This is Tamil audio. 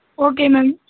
ஓகே நான்